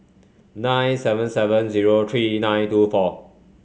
nine seven seven zero three nine two four